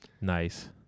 Nice